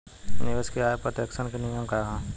निवेश के आय पर टेक्सेशन के नियम का ह?